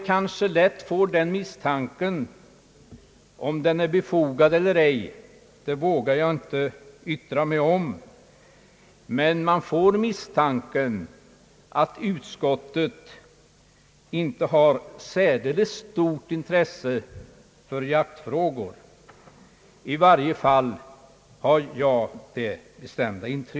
Man får lätt den misstanken — om den är befogad eller ej, vågar jag inte yttra mig om — att utskottet inte har särdeles stort intresse för jaktfrågor. Det bestämda intrycket har i varje fall jag fått.